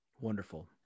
Wonderful